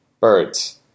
birds